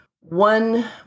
one